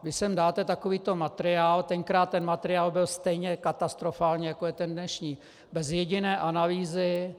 Vy sem dáte takovýto materiál, tenkrát ten materiál byl stejně katastrofální, jako je ten dnešní, bez jediné analýzy.